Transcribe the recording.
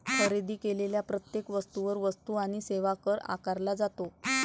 खरेदी केलेल्या प्रत्येक वस्तूवर वस्तू आणि सेवा कर आकारला जातो